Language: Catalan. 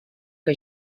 que